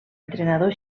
entrenador